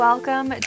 Welcome